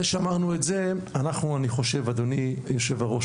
אדוני היושב-ראש,